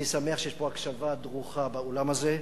אני שמח שיש פה הקשבה דרוכה באולם הזה,